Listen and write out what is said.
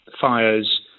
fires